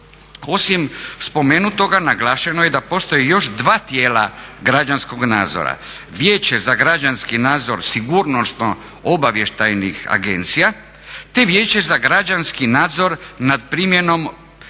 Osim spomenutoga naglašeno je da postoje još dva tijela građanskog nadzora, Vijeće za građanski nadzor sigurnosno obavještajnih agencija te Vijeće za građanski nadzor nad primjenom